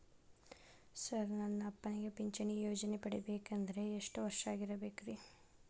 Sir ನನ್ನ ಅಪ್ಪನಿಗೆ ಪಿಂಚಿಣಿ ಯೋಜನೆ ಪಡೆಯಬೇಕಂದ್ರೆ ಎಷ್ಟು ವರ್ಷಾಗಿರಬೇಕ್ರಿ?